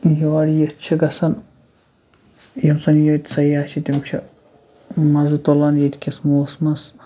یور یِتھ چھِ گژھان یِم زَن ییٚتہِ سیاح چھِ تِم چھِ مَزٕ تُلان ییٚتکِس موسمَس